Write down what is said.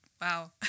wow